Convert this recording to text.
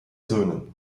söhne